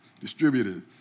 distributed